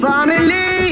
Family